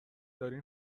دارین